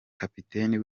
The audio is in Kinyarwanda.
kapiteni